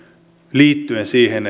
liittyen siihen